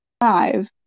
five